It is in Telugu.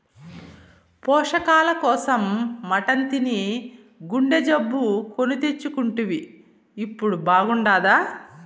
పోషకాల కోసం మటన్ తిని గుండె జబ్బు కొని తెచ్చుకుంటివి ఇప్పుడు బాగుండాదా